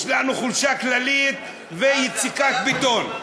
יש לנו חולשה כללית ויציקת בטון.